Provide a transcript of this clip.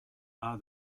are